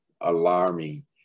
alarming